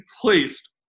placed